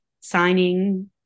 signing